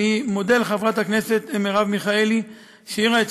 אני מודה לחברת הכנסת מרב מיכאלי על שהעירה את